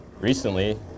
recently